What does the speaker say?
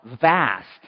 vast